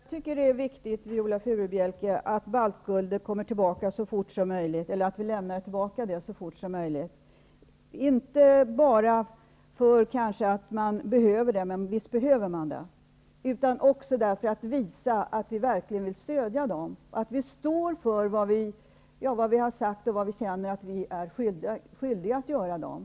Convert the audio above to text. Fru talman! Jag tycker, Viola Furubjelke, att det är viktigt att vi lämnar tillbaka baltguldet så snart som möjligt, kanske inte bara för att man behöver det -- det gör man visst -- utan också för att visa att vi verkligen vill stödja balterna och stå fast vid vad vi har sagt och vad vi känner att vi är skyldiga att göra mot dem.